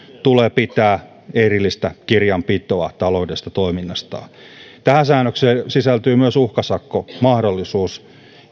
tulee pitää erillistä kirjanpitoa taloudellisesta toiminnastaan tähän säännökseen sisältyy myös uhkasakkomahdollisuus